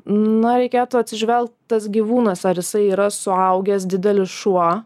na reikėtų atsižvelgt tas gyvūnas ar jisai yra suaugęs didelis šuo